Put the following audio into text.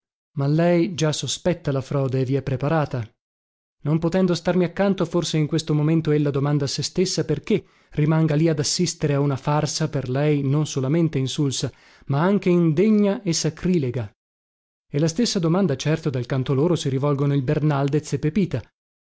ma lei già sospetta la frode e vi è preparata non potendo starmi accanto forse in questo momento ella domanda a se stessa perché rimanga lì ad assistere a una farsa per lei non solamente insulsa ma anche indegna e sacrilega e la stessa domanda certo dal canto loro si rivolgono il bernaldez e pepita